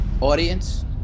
audience